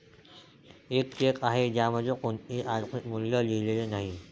एक चेक आहे ज्यामध्ये कोणतेही आर्थिक मूल्य लिहिलेले नाही